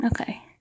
Okay